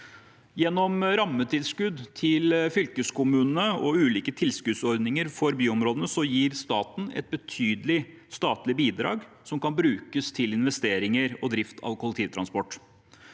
Gjennom rammetilskudd til fylkeskommunene og ulike tilskuddsordninger for byområdene gir staten et betydelig statlig bidrag, som kan brukes til investeringer i og drift av kollektivtransport.